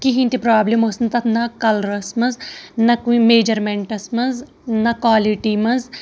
کِہینۍ تہِ پرابلِم ٲسۍ نہٕ تَتھ نہ کَلرَس منٛز نہ کُنہِ میجرمینٹس منٛز نہ کالٹی منٛز